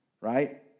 right